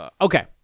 okay